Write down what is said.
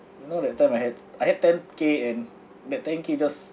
you know that time I had I had ten K and that ten K just